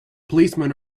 policemen